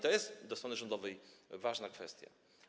To jest dla strony rządowej ważna kwestia.